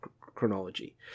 chronology